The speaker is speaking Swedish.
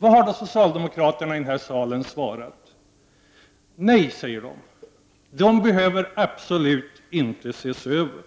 Vad har då socialdemokraterna i den här salen svarat? Nej, säger socialdemokraterna, de behöver absolut inte ses över.